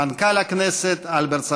מנכ"ל הכנסת אלברט סחרוביץ,